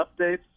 updates